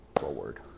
forward